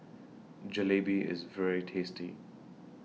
Jalebi IS very tasty